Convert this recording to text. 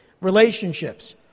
relationships